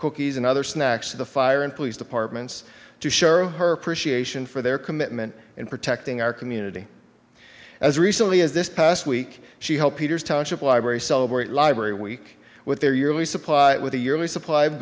cookies and other snacks to the fire and police departments to share her appreciation for their commitment in protecting our community as recently as this past week she helped peters township library celebrate library week with their yearly supply with a yearly supply